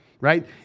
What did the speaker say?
right